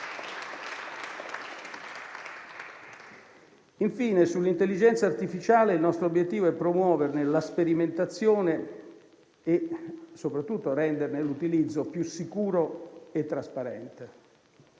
Infine, sull'intelligenza artificiale il nostro obiettivo è promuoverne la sperimentazione e, soprattutto, renderne l'utilizzo più sicuro e trasparente.